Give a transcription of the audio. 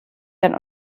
dann